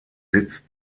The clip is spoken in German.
sitz